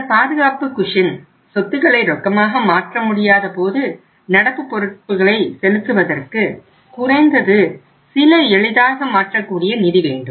இந்த பாதுகாப்பு குஷன் சொத்துகளை ரொக்கமாக மாற்ற முடியாத போது நடப்பு பொறுப்புகளை செலுத்துவதற்கு குறைந்தது சில எளிதாக மாற்றக்கூடிய நிதி வேண்டும்